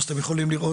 אז אתם יכולים לראות